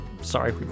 Sorry